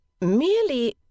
merely